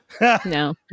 No